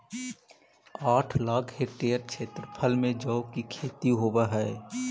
आठ लाख हेक्टेयर क्षेत्रफल में जौ की खेती होव हई